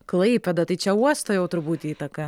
klaipėda tai čia uosto jau turbūt įtaka